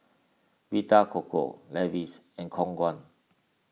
Vita Coco Levi's and Khong Guan